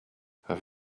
have